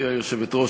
גברתי היושבת-ראש,